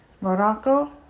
Morocco